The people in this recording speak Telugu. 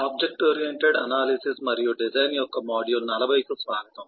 ఆబ్జెక్ట్ ఓరియెంటెడ్ అనాలిసిస్ మరియు డిజైన్ యొక్క మాడ్యూల్ 40 కు స్వాగతం